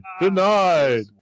Denied